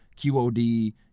QOD